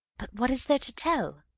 but what is there to tell?